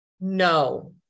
No